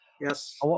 Yes